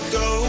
go